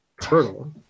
turtle